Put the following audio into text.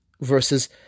versus